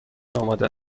آماده